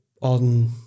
on